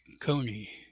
Coney